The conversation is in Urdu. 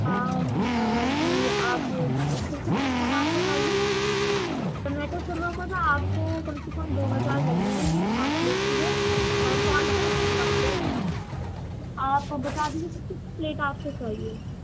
ہاں ہم جی آپ ایک دفعہ ڈش کا نام بتائیے ٹومیٹو شوربا کو نا آپ کو کم سے کم دو ہزار لگ جائیں گے پانچ لوگ کے لیے پانچ سو روپئے پر پلیٹ ہے آپ بتا دیجیے کتنی پلیٹ آپ کو چاہیے